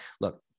Look